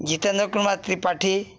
Jitendra Kumar Tripathi